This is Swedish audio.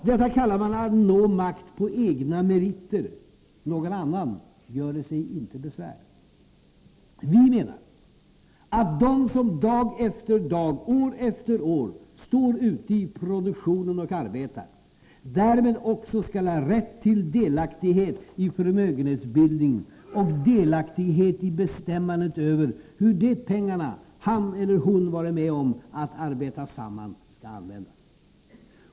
Detta kallar man att nå makt på ”egna meriter”. Någon annan göre sig icke besvär. Vi menar att de som dag efter dag, år efter år, står ute i produktionen och arbetar därmed också skall ha rätt till delaktighet i förmögenhetsbildningen och delaktighet i bestämmandet över hur de pengar han eller hon varit med om att arbeta samman skall användas.